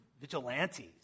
vigilantes